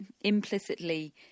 implicitly